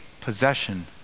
possession